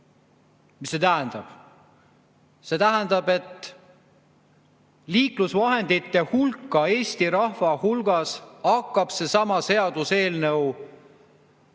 Mida see tähendab? See tähendab, et liiklusvahendite hulka Eesti rahva hulgas hakkab seesama seaduseelnõu